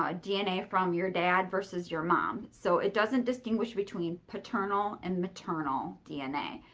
um dna from your dad versus your mom. so it doesn't distinguish between paternal and maternal dna.